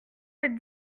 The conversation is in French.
être